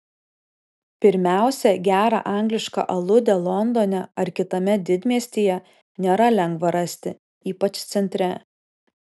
pirmiausia gerą anglišką aludę londone ar kitame didmiestyje nėra lengva rasti ypač centre